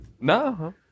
No